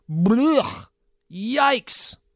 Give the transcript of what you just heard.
yikes